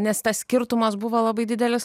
nes tas skirtumas buvo labai didelis